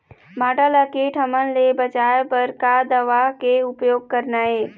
भांटा ला कीट हमन ले बचाए बर का दवा के उपयोग करना ये?